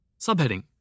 Subheading